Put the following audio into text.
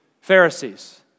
Pharisees